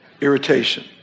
Irritation